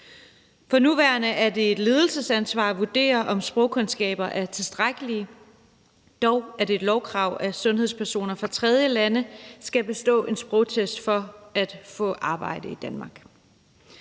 For nuværende er det et ledelsesansvar at vurdere, om sprogkundskaberne er tilstrækkelige. Dog er det et lovkrav, at sundhedspersoner fra tredjelande skal bestå en sprogtest for at få arbejde i Danmark.